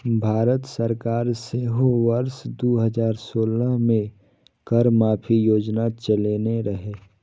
भारत सरकार सेहो वर्ष दू हजार सोलह मे कर माफी योजना चलेने रहै